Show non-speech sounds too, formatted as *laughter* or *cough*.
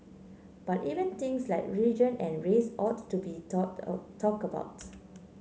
but even things like religion and race ought to be talked *unintelligible* talked about